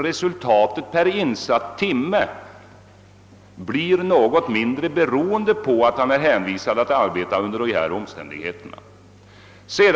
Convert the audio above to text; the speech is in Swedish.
Resultatet per insatt timme blir därför något mindre beroende på att han är hänvisad till att arbeta under dessa omständigheter.